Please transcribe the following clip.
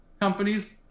companies